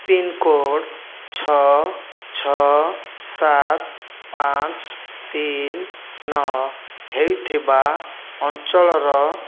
pincode ଛଅ ଛଅ ସାତ ପାଞ୍ଚ ତିନ ନଅ ହୋଇଥିବା ଅଞ୍ଚଳର